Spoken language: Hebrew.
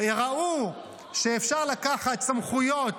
ראו שאפשר לקחת סמכויות